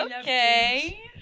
Okay